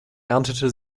erntete